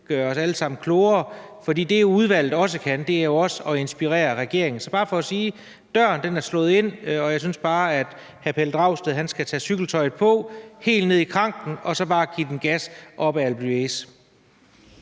gøre os alle sammen klogere. For det, udvalget også kan, er jo at inspirere regeringen. Så det er bare for at sige, at døren er slået ind, og jeg synes bare, at hr. Pelle Dragsted skal tage cykeltøjet på, komme helt ned i kranken og så bare give den gas op ad Alpe